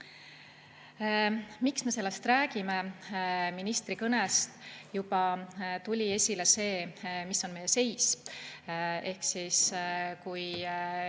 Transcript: Miks me sellest räägime? Ministri kõnest juba tuli esile see, mis on meie seis. Kui viimati